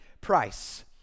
price